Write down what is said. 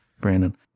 brandon